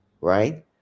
Right